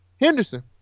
Henderson